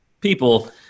people